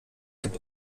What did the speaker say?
gibt